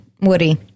woody